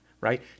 right